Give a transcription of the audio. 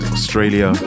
Australia